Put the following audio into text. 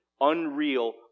unreal